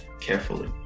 carefully